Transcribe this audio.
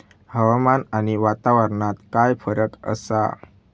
हवामान आणि वातावरणात काय फरक असा?